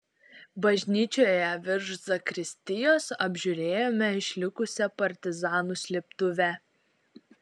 bažnyčioje virš zakristijos apžiūrėjome išlikusią partizanų slėptuvę